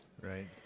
Right